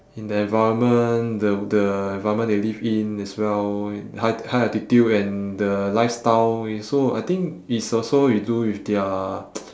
in the environment the the environment they live in as well high high altitude and the lifestyle is so I think it's also to do with their